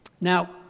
Now